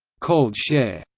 called share.